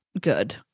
good